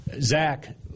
Zach